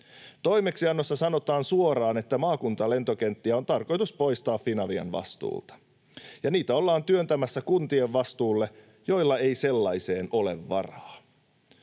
Toimeksiannossa sanotaan suoraan, että maakuntalentokenttiä on tarkoitus poistaa Finavian vastuulta, ja niitä ollaan työntämässä kuntien vastuulle, joilla ei sellaiseen ole varaa.